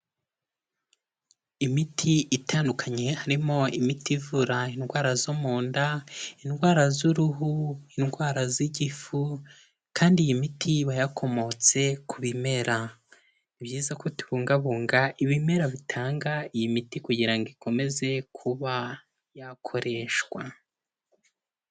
Imiti itandukanye harimo imiti ivura indwara zo mu nda, indwara z'uruhu, indwara z'igifu kandi iyi miti iba yakomotse ku bimera. Ni byiza ko tubungabunga ibimera bitanga iyi miti, kugira ngo ikomeze kuba yakoreshwa.